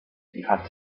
had